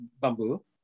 bamboo